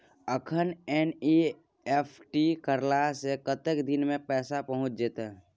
अखन एन.ई.एफ.टी करला से कतेक दिन में पैसा पहुँच जेतै?